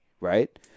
right